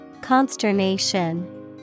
Consternation